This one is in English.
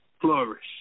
flourish